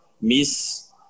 miss